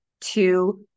two